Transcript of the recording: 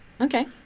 Okay